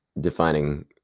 defining